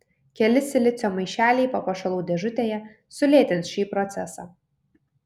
keli silicio maišeliai papuošalų dėžutėje sulėtins šį procesą